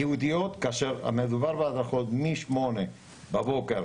ייעודיות, כאשר מדובר בהדרכות מ-08:00 בבוקר